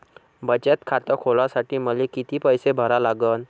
बचत खात खोलासाठी मले किती पैसे भरा लागन?